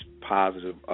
positive